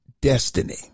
destiny